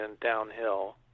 downhill